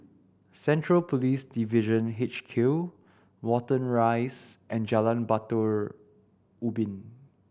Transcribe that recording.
Central Police Division H Q Watten Rise and Jalan Batu Ubin